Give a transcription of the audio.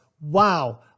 Wow